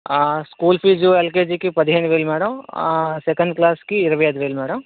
school fees ఎల్కేజికి పదిహేను వేలు మేడం సెకండ్ క్లాస్కి ఇరవై ఐదు వేలు మేడం